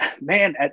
man